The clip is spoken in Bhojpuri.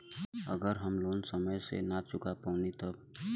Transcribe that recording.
अगर हम लोन समय से ना चुका पैनी तब?